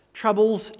troubles